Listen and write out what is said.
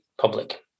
public